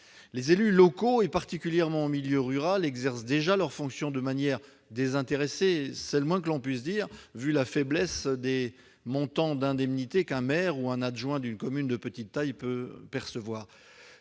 Les élus locaux, et particulièrement en milieu rural, exercent déjà leurs fonctions de manière désintéressée- c'est le moins que l'on puisse dire ! -vu les montants très faibles de l'indemnité qu'un maire ou un adjoint d'une commune de petite taille peut percevoir.